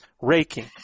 raking